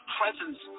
presence